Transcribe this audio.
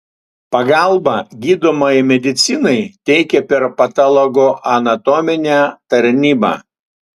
pagalbą gydomajai medicinai teikia per patologoanatominę tarnybą